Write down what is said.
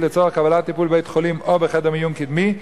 לצורך קבלת טיפול בבית-חולים או בחדר מיון קדמי,